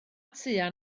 tua